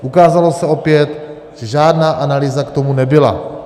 Ukázalo se opět, že žádná analýza k tomu nebyla.